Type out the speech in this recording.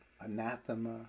anathema